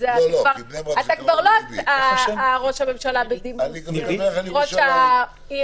אתה כבר לא ראש העיר של בני ברק.